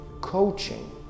coaching